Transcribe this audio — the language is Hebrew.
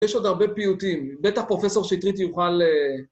יש עוד הרבה פיוטים, בטח פרופסור שטרית יוכל...